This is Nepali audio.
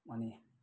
अनि